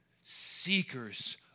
seekers